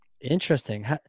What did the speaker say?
Interesting